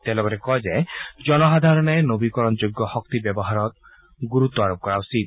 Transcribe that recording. তেওঁ লগতে কয় যে জনসাধাৰণে নবীকৰণ যোগ্য শক্তি ব্যৱহাৰত গুৰুত্ব আৰোপ কৰা উচিত